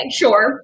sure